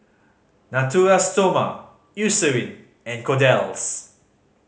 Natura Stoma Eucerin and Kordel's